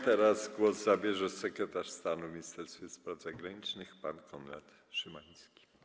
Teraz głos zabierze sekretarz stanu w Ministerstwie Spraw Zagranicznych pan Konrad Szymański.